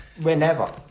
Whenever